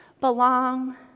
belong